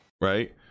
Right